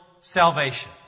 salvation